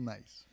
Nice